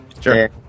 Sure